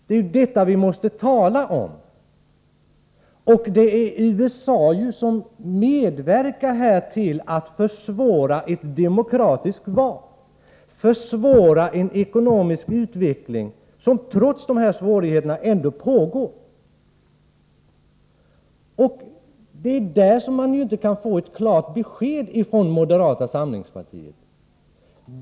Det är detta som är problemet. Det är USA som medverkar till att försvåra genomförandet av ett demokratiskt val, försvåra den ekonomiska utvecklingen som trots dessa svårigheter ändå pågår. Det är på denna punkt som man inte kan få ett klart besked från moderata samlingspartiet.